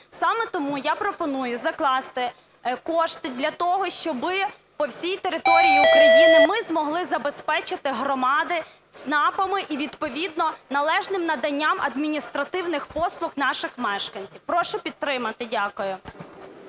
Саме тому я пропоную закласти кошти для того, щоб по всій території України ми змогли забезпечити громади ЦНАПами і відповідно належним наданням адміністративних послуг наших мешканців. Прошу підтримати. Дякую.